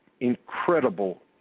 incredible